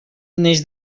neix